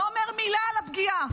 הוא לא אומר מילה על הפגיעה.